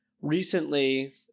recently